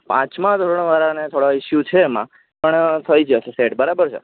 પાંચમા ધોરણ વાળાને થોળા ઇસુ છે એમાં પણ થઈ જશે સેટ બરાબર છે